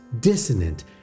dissonant